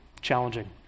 challenging